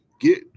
Get